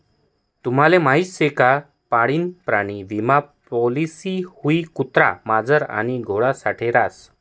तुम्हले माहीत शे का पाळीव प्राणी विमा पॉलिसी हाई कुत्रा, मांजर आणि घोडा साठे रास